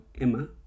Emma